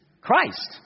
Christ